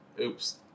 Oops